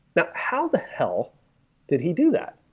now, how the hell did he do that?